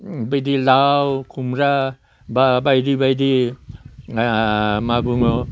बेदि लाव खुमब्रा बा बायदि बायदि मा बुङो